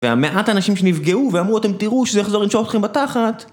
והמעט אנשים שנפגעו ואמרו אתם תראו שזה יחזור ינשוך אתכם בתחת